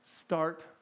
start